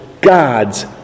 God's